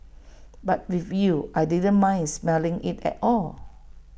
but with you I didn't mind smelling IT at all